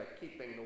keeping